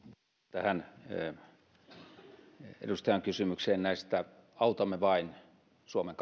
tähän edustajan kysymykseen autamme vain suomen